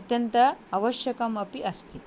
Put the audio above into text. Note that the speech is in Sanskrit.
अत्यन्तम् आवश्यकमपि अस्ति